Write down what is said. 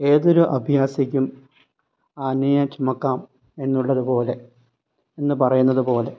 ഏതൊരു അഭ്യാസിക്കും ആനയെ ചുമക്കാം എന്നുള്ളതുപോലെ എന്ന് പറയുന്നതുപോലെ